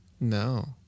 No